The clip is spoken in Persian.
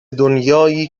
دنیایی